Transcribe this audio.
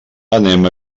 anem